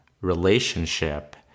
relationship